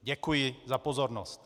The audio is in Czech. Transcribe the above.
Děkuji za pozornost.